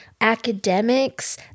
academics